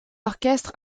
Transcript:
orchestre